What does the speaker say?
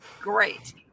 Great